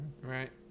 Right